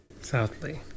Southly